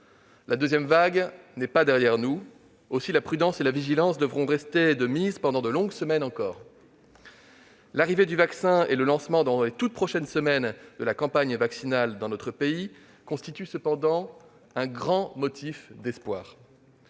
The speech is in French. La deuxième vague n'est pas derrière nous. Aussi, la prudence et la vigilance devront rester de mise pendant de longues semaines encore. L'arrivée du vaccin et le lancement dans notre pays de la campagne vaccinale dans les toutes prochaines semaines constituent cependant un grand motif d'espoir.